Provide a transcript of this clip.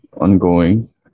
ongoing